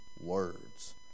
words